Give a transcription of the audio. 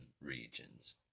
regions